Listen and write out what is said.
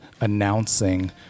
announcing